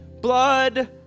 blood